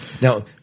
Now